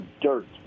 dirt